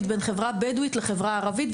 בין החברה הבדואית והחברה הערבית,